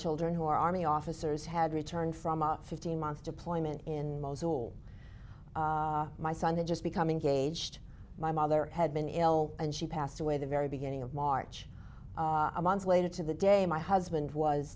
children who are army officers had returned from a fifteen month deployment in mosul my son just becoming engaged my mother had been ill and she passed away the very beginning of march a month later to the day my husband was